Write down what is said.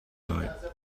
night